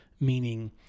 meaning